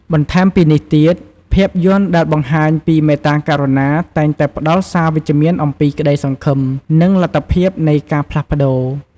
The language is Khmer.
បន្ថែមពីនេះទៀត ភាពយន្តដែលបង្ហាញពីមេត្តាករុណា តែងតែផ្ដល់សារវិជ្ជមានអំពីក្តីសង្ឃឹម និងលទ្ធភាពនៃការផ្លាស់ប្ដូរ។